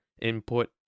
input